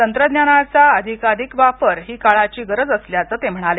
तंत्रज्ञानाचा अधिकाधिक वापर ही काळाची गरज असल्याचं ते म्हणाले